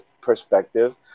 perspective